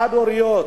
חד-הוריות,